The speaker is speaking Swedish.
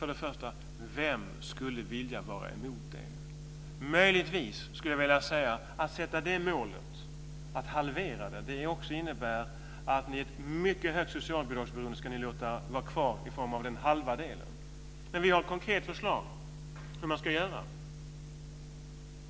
Vem skulle vilja vara emot det? Möjligtvis skulle jag vilja säga att målet att halvera det innebär att ni ska låta ett mycket högt socialbidragsberoende vara kvar i form av den halva delen. Men vi har ett konkret förslag till hur man ska göra.